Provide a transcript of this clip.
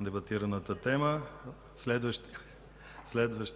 дебатираната тема. В следващ